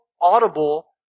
audible